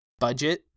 Budget